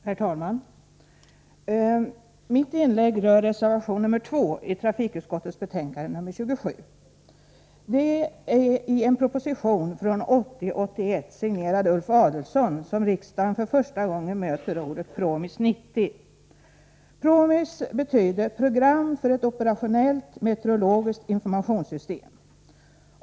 Herr talman! Mitt inlägg rör reservation nr 2 som är fogad till trafikutskottets betänkande nr 27. Det är i en proposition från riksdagsåret 1980/81, signerad Ulf Adelsohn, som riksdagen för första gången möter ordet PROMIS 90. PROMIS betyder Program för ett operationellt meteorologiskt informationssystem.